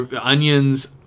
onions